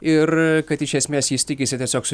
ir kad iš esmės jis tikisi tiesiog su